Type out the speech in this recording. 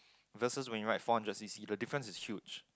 versus when you ride four hundred C_C the difference is huge